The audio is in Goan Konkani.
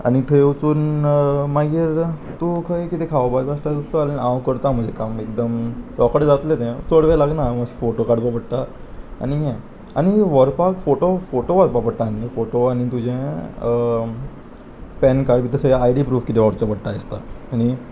आनी थंय वचून मागीर तूं खंय कितें खावपाक बी आसता चल हांव करतां म्हजें काम एकदम रोकडें जातलें तें चड वेळ लागना फोटो काडपा पडटा आनी हें आनी व्हरपाक फोटो फोटो व्हरपा पडटा न्ही फोटो आनी तुजें पॅन कार्ड बी तशें आय डी प्रूफ कितें व्हरचो पडटा दिसता न्ही